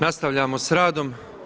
Nastavljamo sa radom.